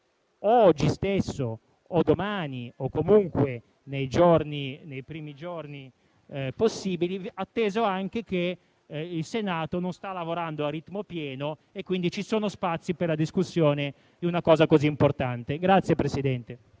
oggi stesso o domani o comunque nei primi giorni possibili, atteso anche che il Senato non sta lavorando a ritmo pieno e, quindi, ci sono spazi per la discussione di un tema così importante.